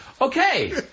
Okay